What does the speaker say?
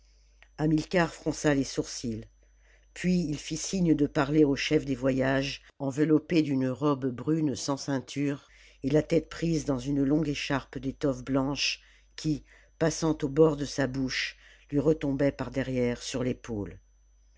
hamilcar fronça les sourcils puis il fit signe de parler au chef des voyages enveloppé d'une robe brune sans ceinture et la tête prise dans une longue écharpe d'étoffe blanche qui passant au bord de sa bouche lui retombait par derrière sur l'épaule